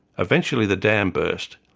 eventually the dam burst,